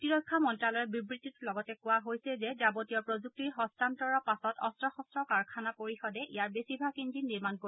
প্ৰতিৰক্ষা মন্ত্ৰ্যালয়ৰ বিবৃতিটোত লগতে কোৱা হৈছে যে যাৱতীয় প্ৰযুক্তিৰ হস্তান্তৰৰ পাছত অস্ত্ৰ শস্ত্ৰ কাৰখানা পৰিষদে ইয়াৰে বেছিভাগ ইঞ্জিন নিৰ্মাণ কৰিব